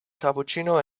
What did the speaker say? cappuccino